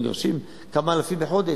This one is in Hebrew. מגרשים כמה אלפים בחודש.